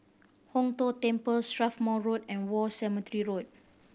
Hong Tho Temple Strathmore Road and War Cemetery Road